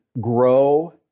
grow